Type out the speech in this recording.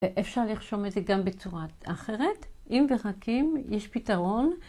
אפשר לרשום את זה גם בצורה אחרת, אם ורק אם יש פתרון.